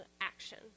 action